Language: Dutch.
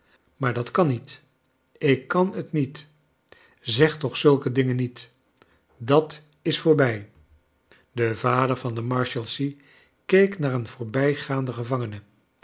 maar dat kan niet ik kan het niet zeg toch zulke dingen niet dat is voorbij de vader van de marshalsea keek naar een voorbijgaanden gevangene